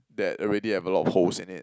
that already have a lot of holes in it